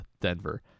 Denver